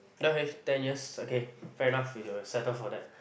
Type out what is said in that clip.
okay ten years okay fair enough we'll be settle for that